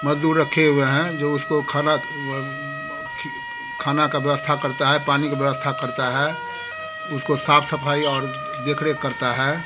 मज़दूर रखे हुए हैं जो उसको खाना खाने का व्यवस्था करते हैं पानी का व्यवस्था करते हैं उसकी साफ़ सफ़ाई और देख रेख करते हैं